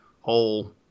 whole